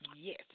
Yes